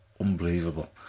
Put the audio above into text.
unbelievable